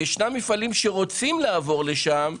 ויש מפעלים שרוצים לעבור לשם,